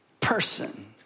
person